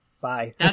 Bye